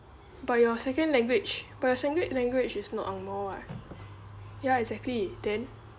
but your second language but your second language is not angmoh [what] ya exactly then